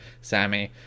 Sammy